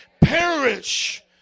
Perish